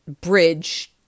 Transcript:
bridge